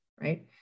right